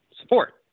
support